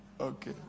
Okay